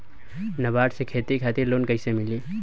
नाबार्ड से खेती खातिर लोन कइसे मिली?